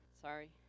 Sorry